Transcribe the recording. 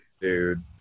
Dude